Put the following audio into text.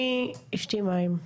מים,